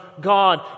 God